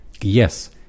Yes